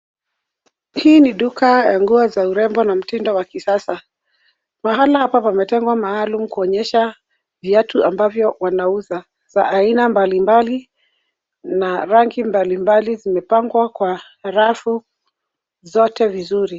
Hii ni duka ya nguo za urembo na mtindo wa kisasa. Mahala hapa pametengwa maalum kuonyesha viatu ambavyo wanauza, za aina mbalimbali, na rangi mbalimbali zimepangwa kwa rafu zote vizuri.